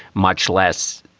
much less